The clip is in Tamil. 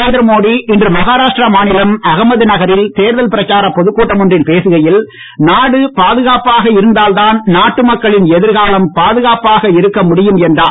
நரேந்திரமோடி இன்று மகாராஷ்டிரா மாநிலம் அகமது நகரில் தேர்தல் பிரச்சாரப் பொதுக்கூட்டம் ஒன்றில் பேசுகையில் நாடு பாதுகாப்பாக இருந்தால்தான் நாட்டு மக்களின் எதிர்காலம் பாதுகாப்பாக இருக்க முடியும் என்றார்